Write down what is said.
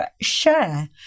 share